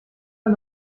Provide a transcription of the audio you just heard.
bei